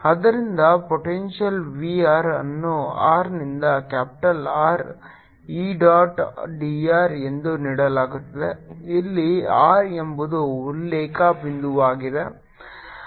ಆದ್ದರಿಂದ potential v r ಅನ್ನು r ನಿಂದ capital R E dot dr ಎಂದು ನೀಡಲಾಗುತ್ತದೆ ಇಲ್ಲಿ r ಎಂಬುದು ಉಲ್ಲೇಖ ಬಿಂದುವಾಗಿದೆ